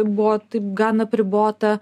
buvo taip gan apribota